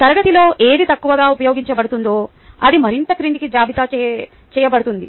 తరగతిలో ఏది తక్కువగా ఉపయోగించబడుతుందో అది మరింత క్రిందికి జాబితా చేయబడుతుంది